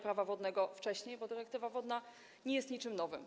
Prawa wodnego wcześniej, bo dyrektywa wodna nie jest niczym nowym.